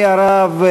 הרב,